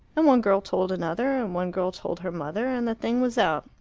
and one girl told another, and one girl told her mother, and the thing was out.